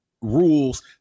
rules